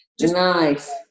Nice